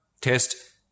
test